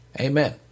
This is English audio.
Amen